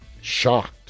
shocked